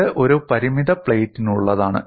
ഇത് ഒരു പരിമിത പ്ലേറ്റിനുള്ളതാണ്